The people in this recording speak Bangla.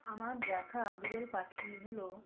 আমার দেখা বিরল পাখি হলো